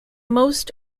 most